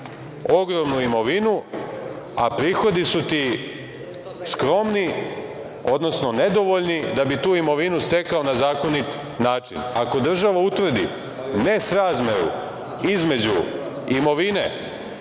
ogromnu imovinu, a prihodi su ti skromni, odnosno nedovoljni da bi tu imovinu stekao na zakonit način. Ako država utvrdi nesrazmeru između imovine